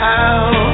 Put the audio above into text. out